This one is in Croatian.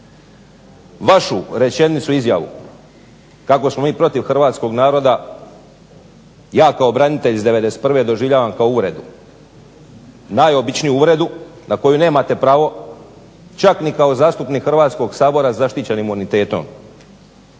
Vašu rečenicu i izjavu kako smo mi protiv hrvatskog naroda ja kao branitelj iz '91. doživljavam kao uvredu, najobičniju uvredu na koju nemate pravo čak ni kao zastupnik Hrvatskog sabora sa zaštićenim imunitetom.